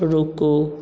रुकू